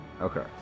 Okay